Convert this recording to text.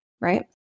right